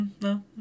No